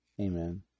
Amen